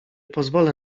pozwolę